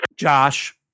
Josh